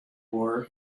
war